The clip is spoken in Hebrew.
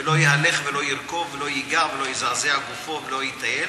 ולא יהלך ולא ירכוב ולא ייגע ולא יזעזע גופו ולא יטייל